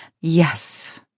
Yes